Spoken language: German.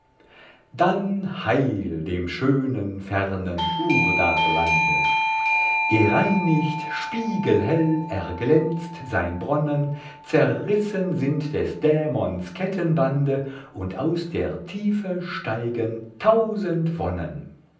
dann heil dem schönen fernen urdarlande gereinigt spiegelhell erglänzt sein bronnen zerrissen sind des dämons kettenbande und aus der tiefe steigen tausend wonnen